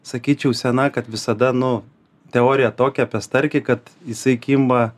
sakyčiau sena kad visada nu teorija tokia apie starkį kad jisai kimba